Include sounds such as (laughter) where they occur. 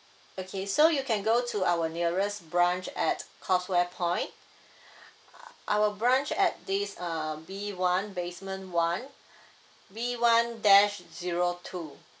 okay so you can go to our nearest branch at causeway point (breath) err our branch at this uh B one basement one B one dash zero two